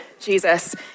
Jesus